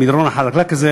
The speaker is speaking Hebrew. במדרון החלקלק הזה,